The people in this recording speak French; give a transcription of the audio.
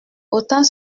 autant